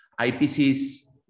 IPC's